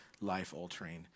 life-altering